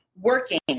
working